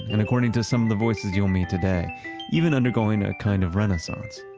and according to some of the voices you'll meet today even undergoing to a kind of renaissance,